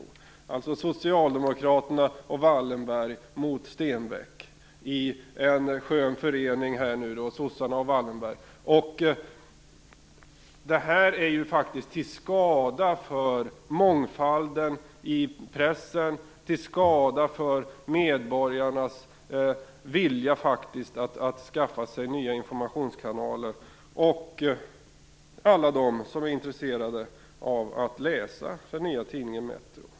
Det är alltså Socialdemokraterna och Wallenberg, i en skön förening, mot Stenbeck. Det här är till skada för mångfalden i pressen, till skada för medborgarnas vilja att skaffa sig nya informationskanaler och till skada för alla dem som är intresserade av att läsa den nya tidningen Metro.